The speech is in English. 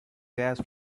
gas